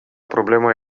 problema